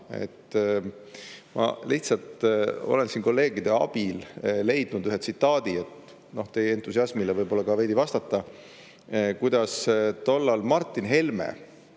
Ma lihtsalt olen siin kolleegide abil leidnud ühe tsitaadi, et teie entusiasmile võib-olla ka veidi vastata, kuidas tol ajal Martin Helme,